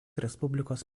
respublikos